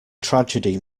tragedy